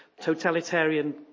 totalitarian